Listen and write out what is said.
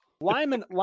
Lyman